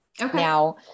Now